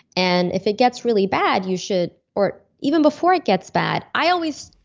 and if it gets really bad you should, or even before it gets bad, i always.